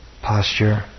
posture